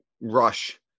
rush